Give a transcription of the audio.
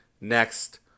next